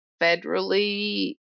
federally